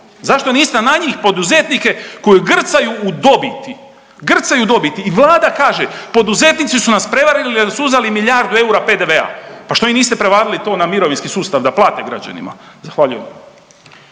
Zašto niste na njih, poduzetnike koji grcaju u dobiti, grcaju u dobiti i Vlada kaže poduzetnici su nas prevarili jer su uzeli milijardu eura PDV-a. Pa što im niste prevalili to na mirovinski sustav da plate građanima. Zahvaljujem.